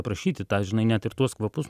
aprašyti tą žinai net ir tuos kvapus